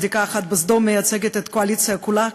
צדיקה אחת בסדום מייצגת את הקואליציה כולה,